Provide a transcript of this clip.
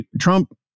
Trump